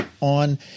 on –